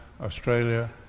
Australia